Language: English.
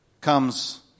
comes